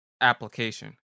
application